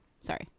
Sorry